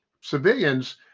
civilians